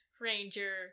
ranger